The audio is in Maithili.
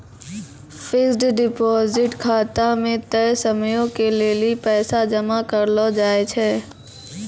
फिक्स्ड डिपॉजिट खाता मे तय समयो के लेली पैसा जमा करलो जाय छै